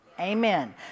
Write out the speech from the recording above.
Amen